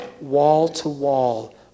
wall-to-wall